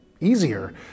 easier